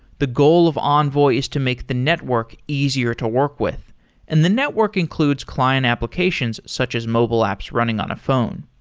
the goal of envoy is to make the network easier to work with and the network includes client applications such as mobile apps running on a phone.